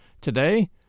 Today